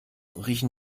riechen